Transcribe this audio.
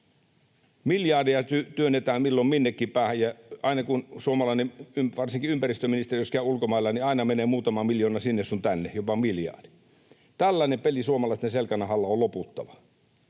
Miljardia työnnetään milloin minnekin päähän, ja aina kun suomalainen, varsinkin ympäristöministeri, käy ulkomailla, niin aina menee muutama miljoona sinne sun tänne, jopa miljardi. Tällaisen pelin suomalaisten selkänahalla on loputtava.